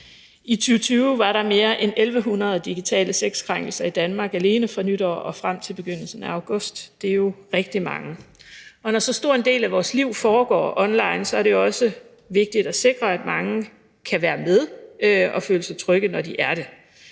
I 2020 var der mere end 1.100 digitale sexkrænkelser i Danmark alene fra nytår og frem til begyndelsen af august. Det er jo rigtig mange. Og når så stor en del af vores liv foregår online, er det også vigtigt at sikre, at mange kan være med og føle sig trygge, når de er